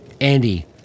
Andy